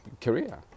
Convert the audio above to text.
career